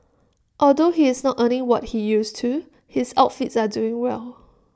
although he is not earning what he used to his outfits are doing well